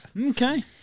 Okay